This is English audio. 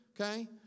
Okay